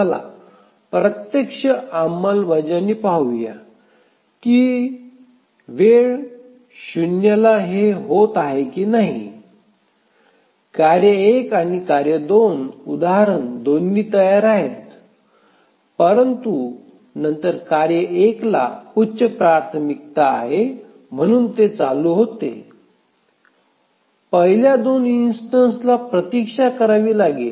चला प्रत्यक्ष अंमलबजावणी पाहूया की वेळ 0 ला हे होत आहे की नाही कार्य १ आणि कार्य २ उदाहरण दोन्ही तयार आहेत परंतु नंतर कार्य १ ला उच्च प्राथमिकता आहे आणि म्हणूनच ते चालू होते पहिल्या २ इन्स्टन्सला प्रतीक्षा करावी लागेल